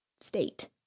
state